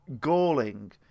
galling